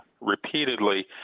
repeatedly